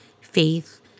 faith